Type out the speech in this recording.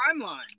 Timeline